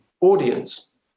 audience